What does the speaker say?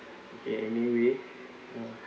okay anyway ya